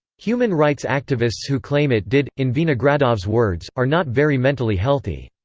human rights activists who claim it did, in vinogradov's words, are not very mentally healthy.